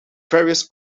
various